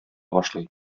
башлый